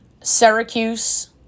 Syracuse